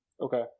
Okay